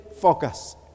focus